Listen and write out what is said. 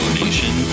nation